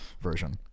version